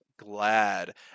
glad